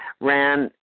ran